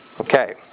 Okay